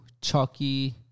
Chucky